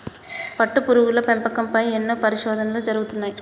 పట్టుపురుగుల పెంపకం పై ఎన్నో పరిశోధనలు జరుగుతున్నాయి